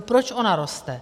Proč ona roste?